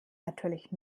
natürlich